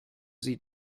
sie